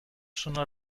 sono